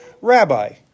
Rabbi